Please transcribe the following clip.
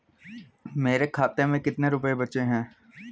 मेरे खाते में कितने रुपये बचे हैं?